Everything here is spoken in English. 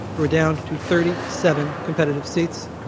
we're down to thirty seven competitive states.